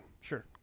sure